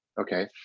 Okay